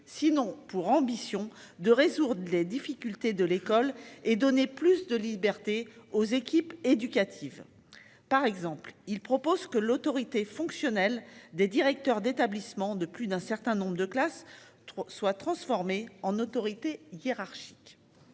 sinon pour ambition de résoudre les difficultés de l'école et donner plus de liberté aux équipes éducatives. Par exemple il propose que l'autorité fonctionnelle des directeurs d'établissements de plus d'un certain nombre de classes trop soit transformée en autorité hiérarchique.